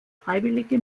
freiwillige